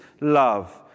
love